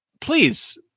please